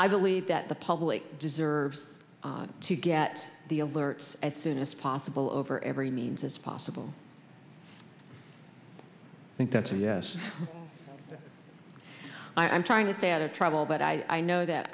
i believe that the public deserves to get the alerts as soon as possible over every means as possible i think that's a yes i'm trying to stay out of trouble but i know that